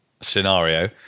scenario